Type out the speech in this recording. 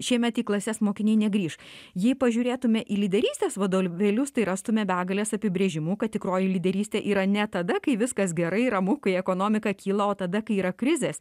šiemet į klases mokiniai negrįš jei pažiūrėtume į lyderystės vadovėlius tai rastume begales apibrėžimų kad tikroji lyderystė yra ne tada kai viskas gerai ramu kai ekonomika kyla o tada kai yra krizės